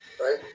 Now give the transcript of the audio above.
right